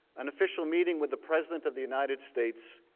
an official meeting with the president of the united states